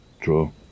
true